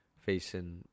Facing